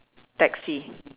taxi